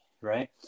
right